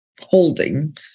holding